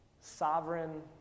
Sovereign